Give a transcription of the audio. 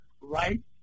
right